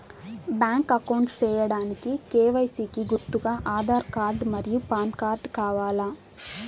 Bank account సేయడానికి KYC కి గుర్తుగా ఆధార్ కార్డ్ మరియు పాన్ కార్డ్ కావాలా?